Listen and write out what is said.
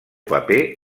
paper